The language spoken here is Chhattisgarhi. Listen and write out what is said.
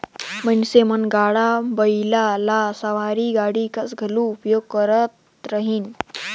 मइनसे मन गाड़ा बइला ल सवारी गाड़ी कस घलो उपयोग करत रहिन